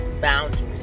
boundaries